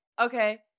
okay